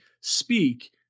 speak